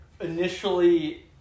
initially